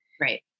Right